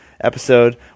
episode